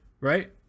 right